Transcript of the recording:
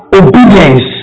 obedience